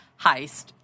heist